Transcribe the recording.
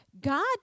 God